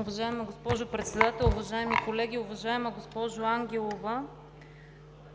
Уважаема госпожо Председател, уважаеми колеги! Уважаема госпожо Ангелова,